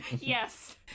yes